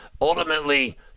ultimately